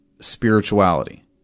spirituality